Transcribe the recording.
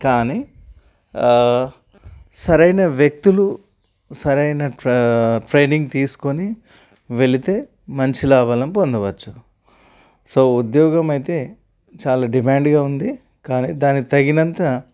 కానీ సరైన వ్యక్తులు సరైన ట్రై ట్రైనింగ్ తీసుకొని వెళితే మంచి లాభాలను పొందవచ్చు సో ఉద్యోగం అయితే చాలా డిమాండ్గా ఉంది కానీ దానికి తగినంత